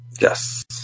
Yes